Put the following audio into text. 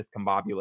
discombobulated